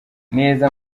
neza